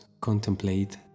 contemplate